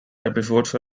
episodes